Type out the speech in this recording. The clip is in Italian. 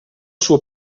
suo